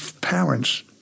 parents